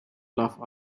laughed